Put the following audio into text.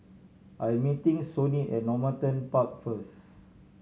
I'm meeting Sonny at Normanton Park first